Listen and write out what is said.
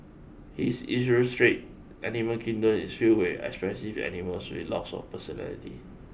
his illustrate animal kingdom is filled with expressive animals with lots of personality